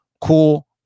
cool